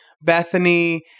Bethany